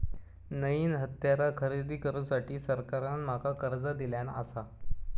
नईन हत्यारा खरेदी करुसाठी सरकारान माका कर्ज दिल्यानं आसा